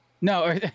No